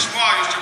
ותאהב לשמוע את זה,